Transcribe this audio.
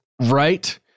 Right